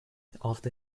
after